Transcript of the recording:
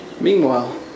Meanwhile